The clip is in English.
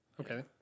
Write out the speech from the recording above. Okay